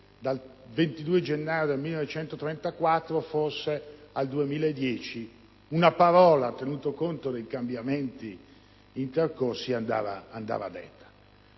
dal 22 gennaio del 1934 al 2010, una parola, tenuto conto dei cambiamenti intercorsi, andava spesa.